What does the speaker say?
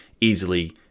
easily